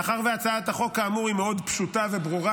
מאחר שהצעת החוק כאמור היא מאוד פשוטה וברורה,